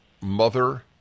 mother